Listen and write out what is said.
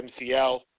MCL